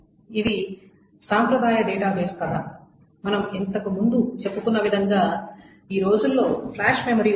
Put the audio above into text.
ఇది సాంప్రదాయ డేటాబేస్ కథ మనము ఇంతకూ ముందు చెప్పుకున్న విధం గా ఈ రోజుల్లో ఫ్లాష్ మెమరీ ఉంది